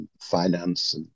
finance